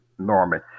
Norman